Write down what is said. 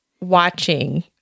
watching